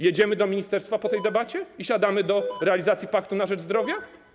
Jedziemy do ministerstwa po tej debacie i siadamy do realizacji paktu na rzecz zdrowia?